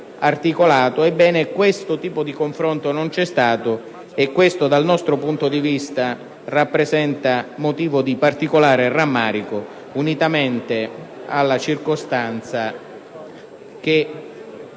articolato. Questo confronto non c'è stato e ciò, dal nostro punto di vista, rappresenta motivo di particolare rammarico, unitamente alla circostanza che